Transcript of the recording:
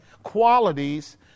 qualities